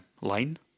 line